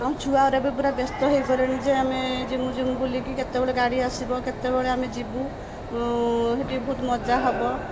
ଆଉ ଛୁଆ ଗୁରା ବି ପୁରା ବ୍ୟସ୍ତ ହେଇପଡ଼ିଲେଣି ଯେ ଆମେ ଯିମୁ ଯିମୁ ବୋଲିକି କେତେବେଳେ ଗାଡ଼ି ଆସିବ କେତେବେଳେ ଆମେ ଯିବୁ ହେଠି ବହୁତ ମଜା ହବ